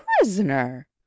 prisoner